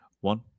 one